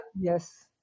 Yes